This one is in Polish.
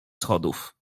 schodów